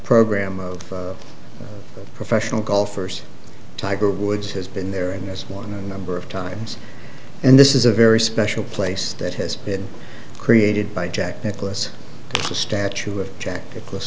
program of professional golfers tiger woods has been there in this one a number of times and this is a very special place that has been created by jack nicklaus the statue of jack nic